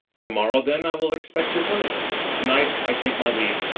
to-morrow then i will expect your coming to-night i take my leave.